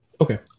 Okay